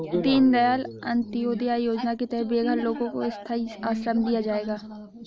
दीन दयाल अंत्योदया योजना के तहत बेघर लोगों को स्थाई आश्रय दिया जाएगा